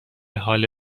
حال